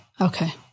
Okay